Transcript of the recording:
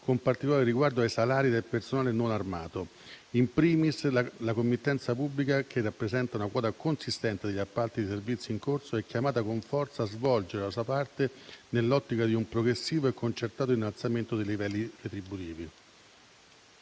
con particolare riguardo ai salari del personale non armato, *in primis* la committenza pubblica che rappresenta una quota consistente degli appalti di servizi in corso è chiamata con forza a svolgere la sua parte nell'ottica di un progressivo e concertato innalzamento dei livelli retributivi.